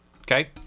Okay